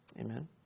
Amen